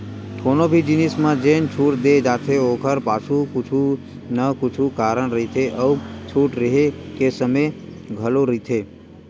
कोनो भी जिनिस म जेन छूट दे जाथे ओखर पाछू कुछु न कुछु कारन रहिथे अउ छूट रेहे के समे घलो रहिथे